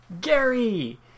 gary